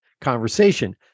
conversation